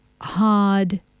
hard